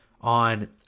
on